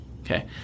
okay